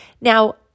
Now